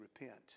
repent